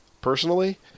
personally